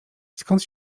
skąd